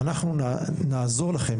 אנחנו נעזור לכם,